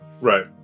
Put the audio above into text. Right